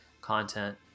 content